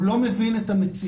הוא לא מבין את המציאות.